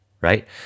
right